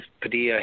Padilla